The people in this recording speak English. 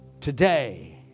Today